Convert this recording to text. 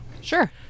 Sure